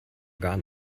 gar